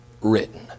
written